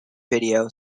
video